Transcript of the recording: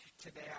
today